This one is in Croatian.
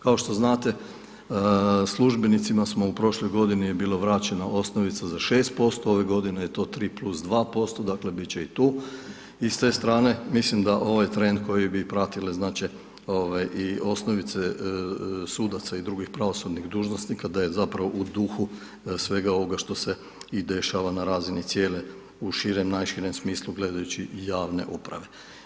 Kao što znate, službenicima smo u prošloj godini je bilo vraćeno osnovica za 6%, ove godine je to 3+2%, dakle bit će i tu i s te strane, mislim da ovaj trend koji bi pratile znači i osnovice sudaca i drugih pravosudnih dužnosnika, da je zapravo u duhu svega ovoga što se i dešava na razini cijele, u širem, najširem smislu gledajući javne uprave.